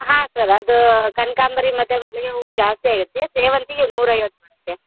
ಹಾಂ ಸರ್ ಅದು ಕನ್ಕಾಂಬ್ರ ಮತ್ತು ಮಲ್ಲಿಗೆ ಹೂವು ಜಾಸ್ತಿ ಆಗುತ್ತೆ ಸೇವಂತಿಗೆ ನೂರ ಐವತ್ತು ಆಗುತ್ತೆ